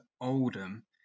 Oldham